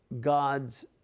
god's